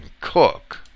cook